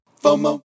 FOMO